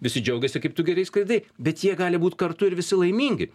visi džiaugiasi kaip tu gerai skraidai bet jie gali būt kartu ir visi laimingi